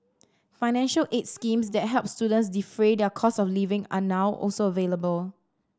financial aid schemes that help students defray their cost of living are now also available